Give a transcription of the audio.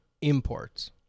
imports